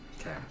Okay